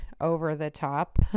over-the-top